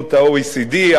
במדינות ה-OECD,